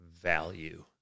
value